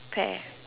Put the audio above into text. pear